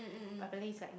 but apparently it's like no